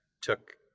took